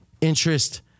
Interest